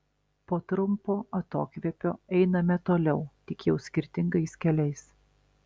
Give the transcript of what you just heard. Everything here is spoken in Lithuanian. po trumpo atokvėpio einame toliau tik jau skirtingais keliais